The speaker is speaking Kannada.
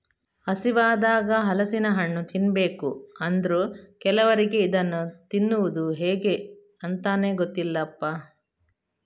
ಹಸಿವಾದಾಗ ಹಲಸಿನ ಹಣ್ಣು ತಿನ್ಬೇಕು ಅಂದ್ರೂ ಕೆಲವರಿಗೆ ಇದನ್ನ ತಿನ್ನುದು ಹೇಗೆ ಅಂತಾನೇ ಗೊತ್ತಿಲ್ಲಪ್ಪ